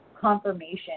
confirmation